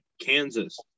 Kansas